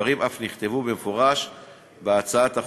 והדברים אף נכתבו במפורש בהצעת החוק.